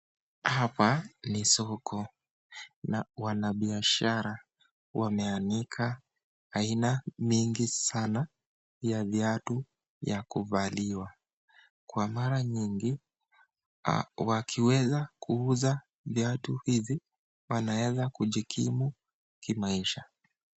Hapa ni soko na wanabiashara wameanika aina mingi sana ya viatu ya kuvaliwa kwa mara mingi wakiweza kuuza viatu hizi wanaweza kujikimu kimaisha.